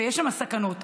שגם שם יש סכנות,